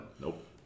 Nope